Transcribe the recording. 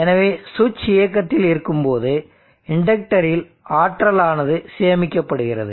எனவே சுவிட்ச் இயக்கத்தில் இருக்கும்போது இண்டக்டரில் ஆற்றலானது சேமிக்கப்படுகிறது